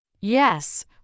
Yes